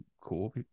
cool